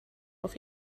auf